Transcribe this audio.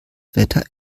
wetter